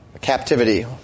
captivity